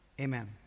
Amen